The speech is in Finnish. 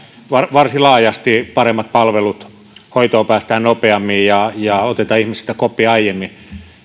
varsin laajasti paremmat palvelut hoitoon päästään nopeammin ja ja otetaan ihmisistä koppi aiemmin